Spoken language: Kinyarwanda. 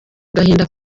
agahinda